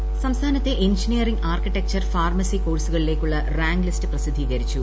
rank list സംസ്ഥാനത്തെ engineering architecture pharmacy കോഴ്സുകളിലേക്കുള്ള rank list പ്രസിദ്ധീകരിച്ചു